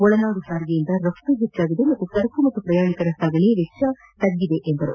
ಒಳನಾದು ಸಾರಿಗೆಯಿಂದ ರಫ್ತು ಹೆಚ್ಚಾಗಿದೆ ಮತ್ತು ಸರಕು ಮತ್ತು ಪ್ರಯಾಣಿಕರ ಸಾಗಣೆ ವೆಚ್ಚ ತಗ್ಗಿದೆ ಎಂದರು